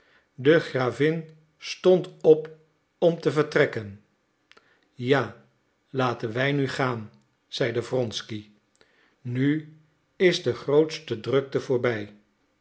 de gravin stond op om te vertrekken ja laten wij nu gaan zeide wronsky nu is de grootste drukte voorbij